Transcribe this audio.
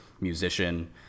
musician